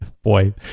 Boy